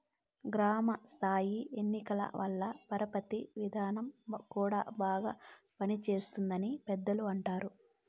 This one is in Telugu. గ్రామ స్థాయి ఎన్నికల వల్ల పరపతి విధానం కూడా బాగా పనిచేస్తుంది అని పెద్దలు అంటారు